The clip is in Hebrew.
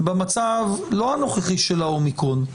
לא במצב הנוכחי של האומיקרון,